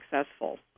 successful